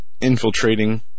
infiltrating